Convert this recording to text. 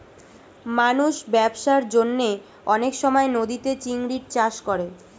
মানুষ ব্যবসার জন্যে অনেক সময় নদীতে চিংড়ির চাষ করে